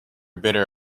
bitter